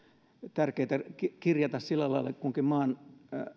tärkeitä kirjata kunkin maan